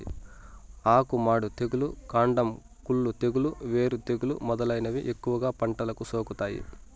ఆకు మాడు తెగులు, కాండం కుళ్ళు తెగులు, వేరు తెగులు మొదలైనవి ఎక్కువగా పంటలకు సోకుతాయి